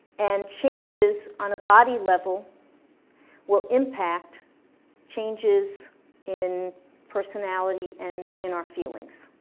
and changes on a body level will impact changes in personality, and in our feelings.